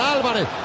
Álvarez